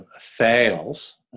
fails